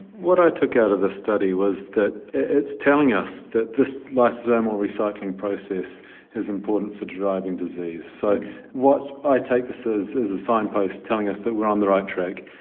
what i took out of the study was that it's telling us that this lysosomal recycling process is important for driving disease. so what i take this as is a signpost telling us that we are on the right track.